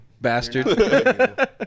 bastard